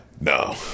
No